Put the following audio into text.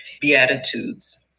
Beatitudes